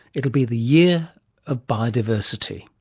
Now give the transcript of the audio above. it will be the year of biodiversity